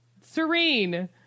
serene